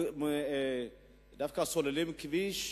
דווקא סוללים כביש,